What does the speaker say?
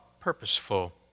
purposeful